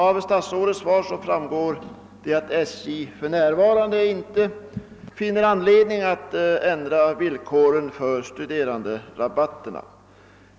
Av statsrådets svar framgår att SJ för närvarande inte finner anledning att ändra villkoren för studeranderabatten.